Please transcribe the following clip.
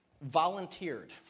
volunteered